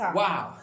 wow